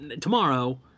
Tomorrow